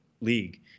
league